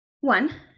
One